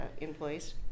employees